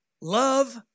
Love